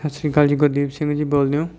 ਸਤਿ ਸ਼੍ਰੀ ਅਕਾਲ ਜੀ ਗੁਰਦੀਪ ਸਿੰਘ ਜੀ ਬੋਲਦੇ ਹੋ